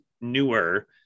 newer